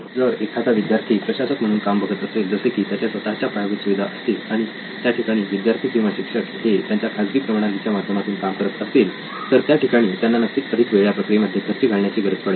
जर एखादा विद्यार्थी प्रशासक म्हणून काम बघत असेल जसे की त्यांच्या स्वतःच्या पायाभूत सुविधा असतील आणि त्या ठिकाणी विद्यार्थी किंवा शिक्षक हे त्यांच्या खाजगी प्रणालीच्या माध्यमातून काम करत असतील तर त्या ठिकाणी त्यांना नक्कीच अधिक वेळ या प्रक्रिये मध्ये खर्ची घालण्याची गरज पडेल